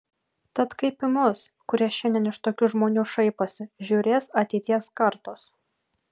tad kaip į mus kurie šiandien iš tokių žmonių šaiposi žiūrės ateities kartos